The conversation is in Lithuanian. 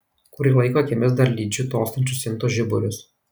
kurį laiką akimis dar lydžiu tolstančius intos žiburius